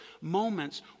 moments